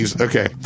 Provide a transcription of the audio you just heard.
Okay